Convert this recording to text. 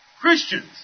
Christians